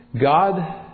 God